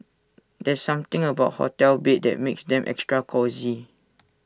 there's something about hotel beds that makes them extra cosy